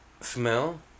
Smell